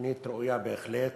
תוכנית ראויה בהחלט.